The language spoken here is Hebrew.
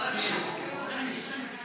ברגע שהם רוכבים על הכביש,